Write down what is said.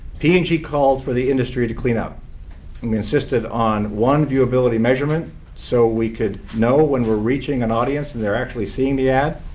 p and g called for the industry to clean up and um insisted on one viewability measurement so we could know when we're reaching an audience and they're actually seeing the ad.